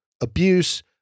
abuse